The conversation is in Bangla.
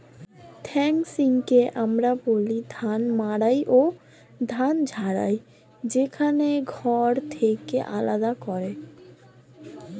থ্রেশিংকে আমরা বলি ধান মাড়াই ও ধান ঝাড়া, যেখানে খড় থেকে আলাদা করে